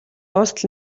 дуустал